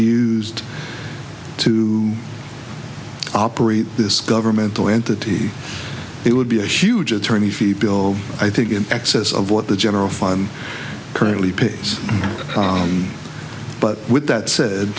used to operate this governmental entity it would be a shoojit tourney fee bill i think in excess of what the general fund currently pays but with that said